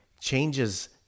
Changes